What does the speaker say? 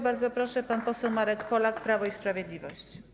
Bardzo proszę, pan poseł Marek Polak, Prawo i Sprawiedliwość.